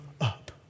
up